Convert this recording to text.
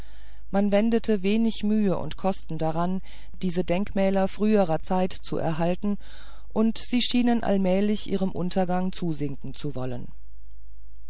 man wendete wenig mühe und kosten daran diese denkmäler früherer zeiten zu erhalten und sie schienen allmählich ihrem untergange zusinken zu wollen